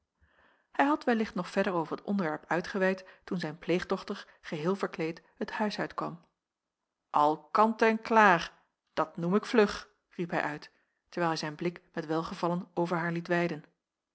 hij had wellicht nog verder over het onderwerp uitgeweid toen zijn pleegdochter geheel verkleed het huis uitkwam al kant en klaar dat noem ik vlug riep hij uit terwijl hij zijn blik met welgevallen over haar liet weiden